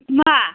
मा